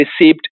received